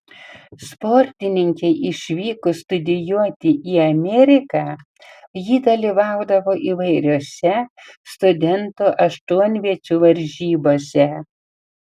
sportininkei išvykus studijuoti į ameriką ji dalyvaudavo įvairiose studentų aštuonviečių varžybose